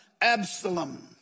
Absalom